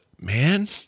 man